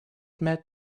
met